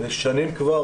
שנים כבר,